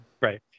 Right